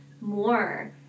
more